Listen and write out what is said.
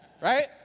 Right